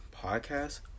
podcast